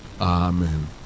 Amen